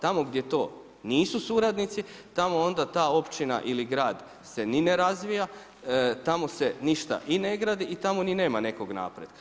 Tamo gdje to nisu suradnici tamo onda ta općina ili grad se ni ne razvija, temo se ništa ni ne gradi i tamo ni nema nekog napretka.